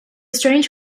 strange